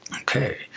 okay